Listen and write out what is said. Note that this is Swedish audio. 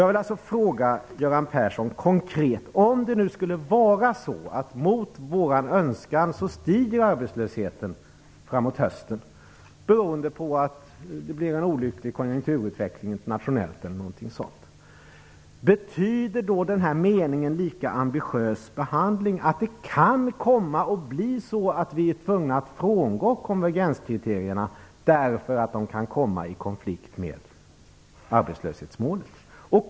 Jag har en konkret fråga till Göran Persson: Om det nu skulle vara så att arbetslösheten mot vår önskan stiger framåt hösten beroende på en olycklig konjunkturutveckling internationellt e.d., betyder då meningen om en lika ambitiös behandling att vi kan komma att bli tvungna att frångå konvergenskriterierna därför att de kan komma i konflikt med arbetslöshetsmålet?